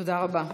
תודה רבה.